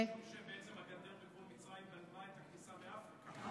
זה משום שהגדר בגבול מצרים בלמה את הכניסה מאפריקה.